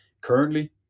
Currently